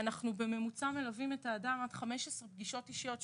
אנחנו בממוצע מלווים את האדם עד 15 פגישות אישיות.